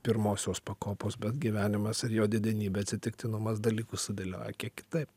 pirmosios pakopos bet gyvenimas ir jo didenybė atsitiktinumas dalykus sudėlioja kiek kitaip